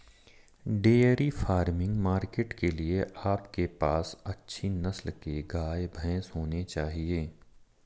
dairy farming market के लिए आपके पास अच्छी नस्ल के गाय, भैंस होने चाहिए